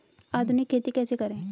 आधुनिक खेती कैसे करें?